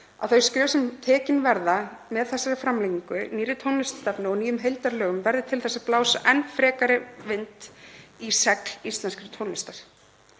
að þau skref sem tekin verða með þessari framlengingu, nýrri tónlistarstefnu og nýjum heildarlögum verði til að blása enn frekari vindi í segl íslenskrar tónlistar,